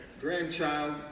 grandchild